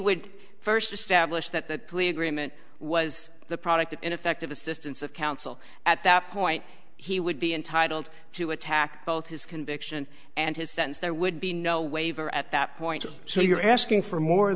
would first establish that plea agreement was the product of ineffective assistance of counsel at that point he would be entitled to attack both his conviction and his sentence there would be no waiver at that point so you're asking for more